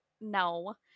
No